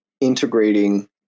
integrating